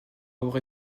avoir